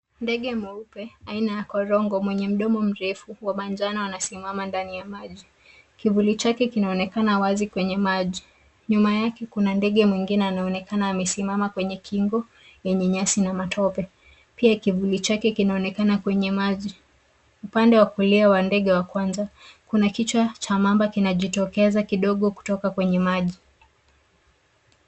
Ndege mweupe aina ya korongo mwenye mdomo mrefu wa manjano anasimama ndani ya maji. Kivuli chake kinaonekana wazi kwenye maji. Nyuma yake kuna ndege mwingine anaonekana amesimama kwenye kingo yenye nyasi na matope. Pia kivuli chake kinaonekana kwenye maji. Upande wa kulia wa ndege wa kwanza kuna kichwa cha mamba kinajitokeza kidogo kutoka kwenye maji.